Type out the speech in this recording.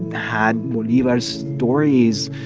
had bolivar's stories,